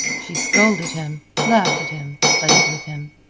she scolded him, laughed at him, played with him.